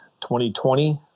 2020